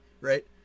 right